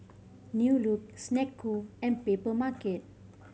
New Look Snek Ku and Papermarket